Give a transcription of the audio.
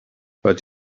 but